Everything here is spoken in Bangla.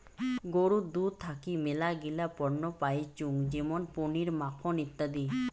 গরুর দুধ থাকি মেলাগিলা পণ্য পাইচুঙ যেমন পনির, মাখন ইত্যাদি